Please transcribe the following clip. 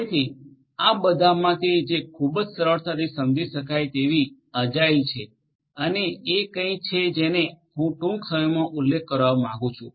તેથી આ બધામાંથી જે ખૂબ સરળતાથી સમજી શકાય તેવી ચપળતા છે એ કંઈક છે જેને હું ટૂંક સમયમાં ઉલ્લેખ કરવા માંગુ છું